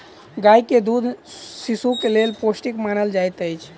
गाय के दूध शिशुक लेल पौष्टिक मानल जाइत अछि